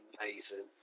amazing